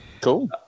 Cool